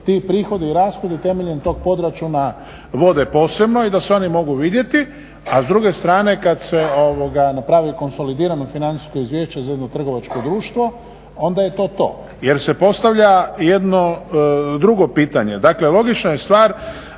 ti prihodi i rashodi temeljem tog podračuna vode posebno i da se one mogu vidjeti a s druge strane kad se napravi konsolidirano financijsko izvješće za jedno trgovačko društvo onda je to to, jer se postavlja jedno drugo pitanje. Dakle, logična je stvar